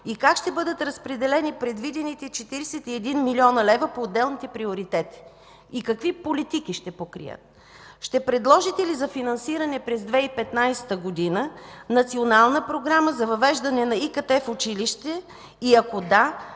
Как ще бъдат разпределени предвидените 41 млн. лв. по отделните приоритети и какви политики ще покрият? Ще предложите ли за финансиране през 2015 г. Национална програма за въвеждане на ИКТ в училище и ако „да“